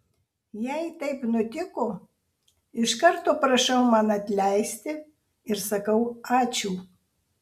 jei taip nutiko iš karto prašau man atleisti ir sakau ačiū